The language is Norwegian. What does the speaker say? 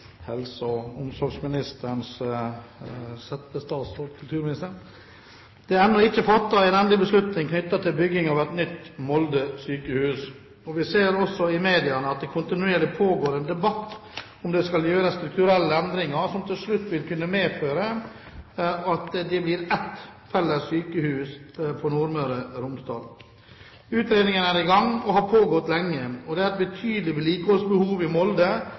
omsorgsministerens settestatsråd, kulturministeren: «Det er ennå ikke fattet en endelig beslutning knyttet til bygging av et nytt Molde sykehus, og vi ser også i mediene at det kontinuerlig pågår en debatt om det skal gjøres strukturelle endringer som til slutt vil kunne medføre at det blir ett felles sykehus for Nordmøre/Romsdal. Utredningene er i gang og har pågått lenge og det er et betydelig vedlikeholdsbehov i